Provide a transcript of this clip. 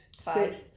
Five